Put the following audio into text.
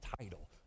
title